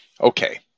Okay